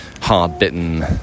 hard-bitten